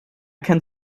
kennt